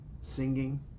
singing